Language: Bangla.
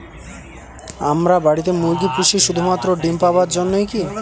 আমরা বাড়িতে মুরগি পুষি শুধু মাত্র ডিম পাওয়ার জন্যই কী?